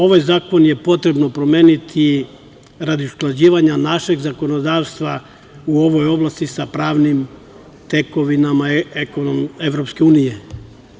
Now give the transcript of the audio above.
Ovaj zakon je potrebno promeniti radi usklađivanja našeg zakonodavstva u ovoj oblasti sa pravnim tekovinama Evropske unije.